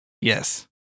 Yes